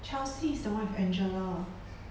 chelsea is the one with angela